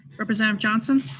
representative johnson?